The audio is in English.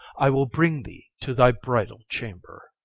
i will bring thee to thy bridal chamber.